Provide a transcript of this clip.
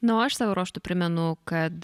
na o aš savo ruožtu primenu kad